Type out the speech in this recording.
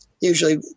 usually